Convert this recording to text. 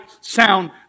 sound